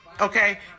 Okay